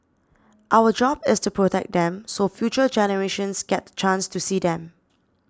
our job is to protect them so future generations get the chance to see them